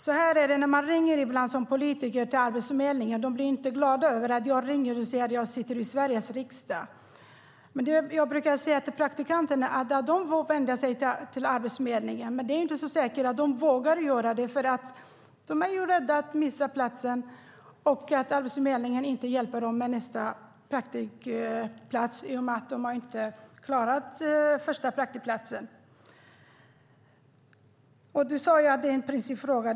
Så här är det: När jag som politiker ringer till Arbetsförmedlingen blir de inte glada över att jag ringer och säger att jag sitter i Sveriges riksdag. Jag brukar säga till praktikanterna att de får vända sig till Arbetsförmedlingen, men det är inte så säkert att de vågar göra det. De är ju rädda att mista sin plats och att Arbetsförmedlingen inte ska hjälpa dem med nästa praktikplats i och med att de inte har klarat den första platsen. Ministern sade att det här är en principfråga.